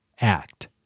Act